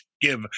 give